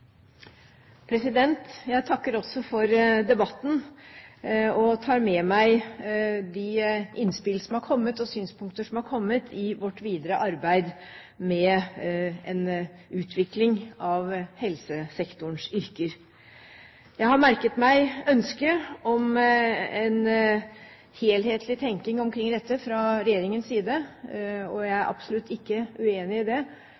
tar med meg de innspill og synspunkter som er kommet, i vårt videre arbeid med en utvikling av helsesektorens yrker. Jeg har merket meg ønsket om en helhetlig tenkning omkring dette fra regjeringens side, og jeg er absolutt ikke uenig i det;